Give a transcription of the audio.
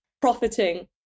profiting